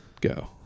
Go